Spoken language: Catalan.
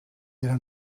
eren